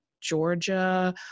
Georgia